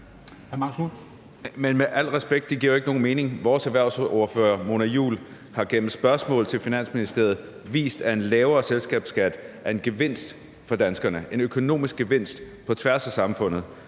Med al respekt: Det giver jo ikke nogen mening. Vores erhvervsordfører, Mona Juul, har vist, at en lavere selskabsskat er en gevinst for danskerne, en økonomisk gevinst på tværs af samfundet.